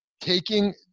taking